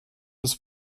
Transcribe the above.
des